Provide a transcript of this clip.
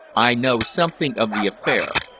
i know something of the affair,